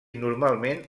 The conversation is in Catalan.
normalment